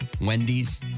Wendy's